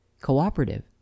cooperative